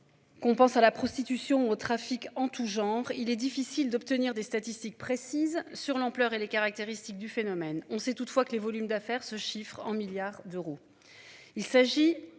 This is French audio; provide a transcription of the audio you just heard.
Qu'on pense à la prostitution aux trafics en tout genre, il est difficile d'obtenir des statistiques précises sur l'ampleur et les caractéristiques du phénomène. On sait toutefois que les volumes d'affaires se chiffrent en milliards d'euros.